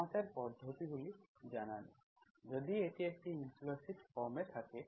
আমাদের পদ্ধতিগুলি জানি নেই যদি এটি ইমপ্লিসিট ফর্ম এ থাকে